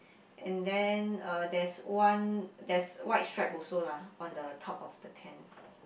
and then uh there's one there's white stripe also lah on the top of the tent